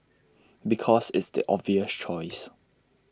because it's the obvious choice